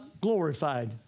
glorified